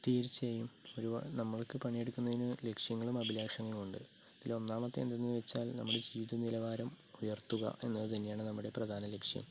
തീര്ച്ചയായും ഒരുപാട് നമ്മള്ക്ക് പണിയെടുക്കുന്നതിന് ലക്ഷ്യങ്ങളും അഭിലാഷങ്ങളുമുണ്ട് അതില് ഒന്നാമത്തെ എന്തെന്ന് വെച്ചാല് നമ്മുടെ ജീവിത നിലവാരം ഉയര്ത്തുക എന്നതു തന്നെയാണ് നമ്മുടെ പ്രധാന ലക്ഷ്യം